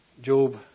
Job